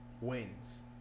Wins